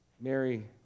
Mary